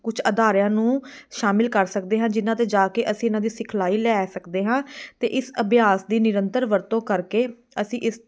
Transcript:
ਕੁਛ ਅਦਾਰਿਆਂ ਨੂੰ ਸ਼ਾਮਿਲ ਕਰ ਸਕਦੇ ਹਾਂ ਜਿਨ੍ਹਾਂ 'ਤੇ ਜਾ ਕੇ ਅਸੀਂ ਇਹਨਾਂ ਦੀ ਸਿਖਲਾਈ ਲੈ ਸਕਦੇ ਹਾਂ ਅਤੇ ਇਸ ਅਭਿਆਸ ਦੀ ਨਿਯੰਤਰਣ ਵਰਤੋਂ ਕਰਕੇ ਅਸੀਂ ਇਸ